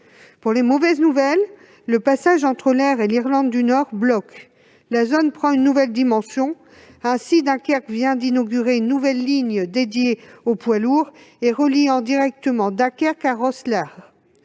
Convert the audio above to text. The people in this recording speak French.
régime ? Mauvaise nouvelle, le passage entre la République d'Irlande et l'Irlande du Nord bloque. La zone prend une nouvelle dimension. Ainsi, Dunkerque vient d'inaugurer une nouvelle ligne réservée aux poids lourds et reliant directement Dunkerque à Rosslare.